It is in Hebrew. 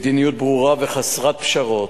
מדיניות ברורה וחסרת פשרות: